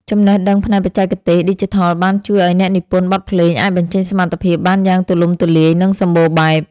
ចំណេះដឹងផ្នែកបច្ចេកទេសឌីជីថលបានជួយឱ្យអ្នកនិពន្ធបទភ្លេងអាចបញ្ចេញសមត្ថភាពបានយ៉ាងទូលំទូលាយនិងសម្បូរបែប។